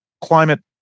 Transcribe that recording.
climate